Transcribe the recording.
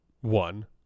One